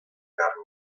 carne